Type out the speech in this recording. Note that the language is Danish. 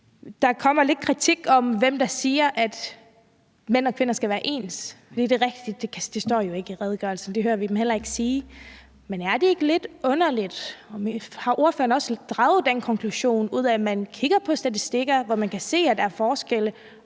Der kommer lidt kritik i forhold til det med, hvem der siger, at mænd og kvinder skal være ens. Det er jo rigtigt, at det ikke står i redegørelsen, og det hører vi heller ikke bliver sagt i den. Men er det ikke lidt underligt, og har ordføreren ikke også draget den konklusion, at når man kigger på statistikker, hvor man kan se, at der er forskelle,